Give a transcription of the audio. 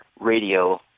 radio